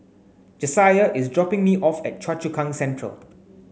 Jasiah is dropping me off at Choa Chu Kang Central